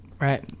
Right